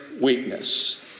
weakness